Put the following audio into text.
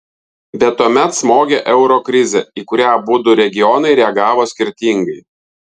bet tuomet smogė euro krizė į kurią abudu regionai reagavo skirtingai